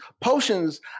potions